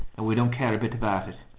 and we don't care a bit about it.